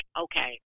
okay